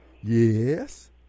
yes